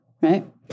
Right